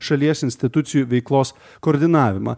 šalies institucijų veiklos koordinavimą